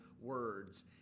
words